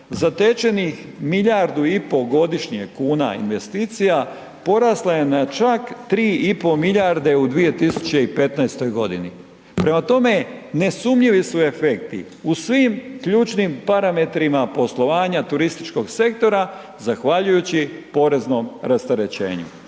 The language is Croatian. zatečenih milijardu i pol godišnje kuna investicija, porasla je na čak 3,5 milijarde u 2015. godini. Prema tome, nesumnjivi su efekti u svim ključnim parametrima poslovanja turističkog sektora zahvaljujući poreznom rasterećenju.